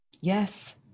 Yes